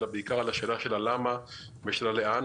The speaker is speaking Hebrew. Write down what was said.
אלא בעיקר על השאלה למה והשאלה לאן,